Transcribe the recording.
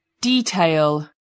detail